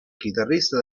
chitarrista